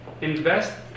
invest